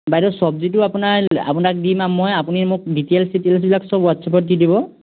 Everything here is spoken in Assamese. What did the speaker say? বাইদেউ চব্জিটো আপোনাৰ আপোনাক দিম মই আপুনি মোক ডিটেইলছ চিটেলছবিলাক সব হোৱাটছএপত দি দিব